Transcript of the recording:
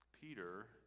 Peter